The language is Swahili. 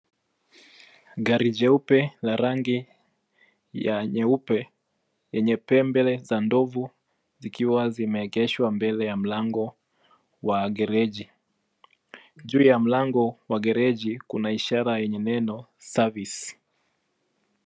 Gari jeupe la rangi ya nyeupe yenye pembe za ndovu zikiwa zimeegeshwa mbele ya mlango wa gereji. Juu ya mlango wa gereji kuna ishara yenye neno Service .